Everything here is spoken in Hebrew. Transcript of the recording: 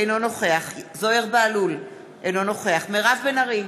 אינו נוכח זוהיר בהלול, אינו נוכח מירב בן ארי,